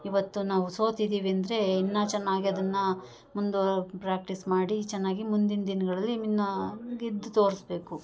ಇವತ್ತು ನಾವು ಸೋತಿದ್ದೀವಿ ಅಂದರೆ ಇನ್ನು ಚೆನ್ನ್ನಾಗಿ ಅದನ್ನು ಮುಂದೆ ಪ್ರಾಕ್ಟೀಸ್ ಮಾಡಿ ಚೆನ್ನಾಗಿ ಮುಂದಿನ ದಿನಗಳಲ್ಲಿ ಇನ್ನು ಗೆದ್ದು ತೋರಿಸ್ಬೇಕು